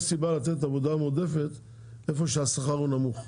יש סיבה לתת עבודה מועדפת איפה שהשכר נמוך,